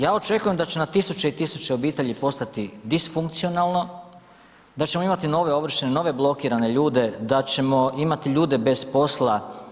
Ja očekujem da će na tisuće i tisuće obitelji postati disfunkcionalno, da ćemo imati nove ovršene, nove blokirane ljude, da ćemo imati ljude bez posla.